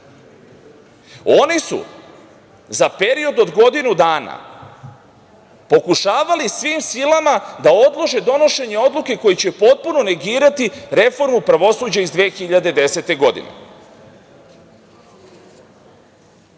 Oni su za period od godinu dana pokušavali svim silama da odlože donošenje odluke kojom će potpuno negirati reformu pravosuđa iz 2010. godine. Dve